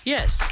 Yes